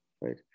right